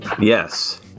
Yes